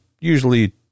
usually